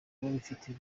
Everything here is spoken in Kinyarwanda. babifitiye